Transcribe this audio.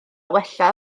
wella